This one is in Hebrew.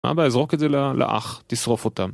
מה הבעיה, זרוק את זה לאח, תשרוף אותם.